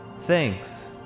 Thanks